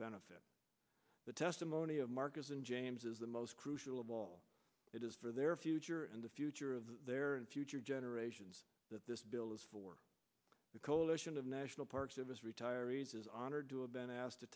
benefit the testimony of marcus and james is the most crucial of all it is for their future and the future of their and future generations that this bill is for the coalition of national park service retirees is honored to have been asked to